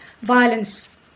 Violence